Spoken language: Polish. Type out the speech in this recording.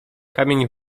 kamień